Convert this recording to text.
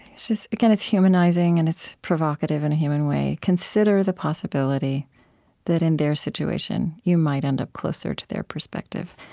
again, it's humanizing, and it's provocative in a human way consider the possibility that in their situation, you might end up closer to their perspective.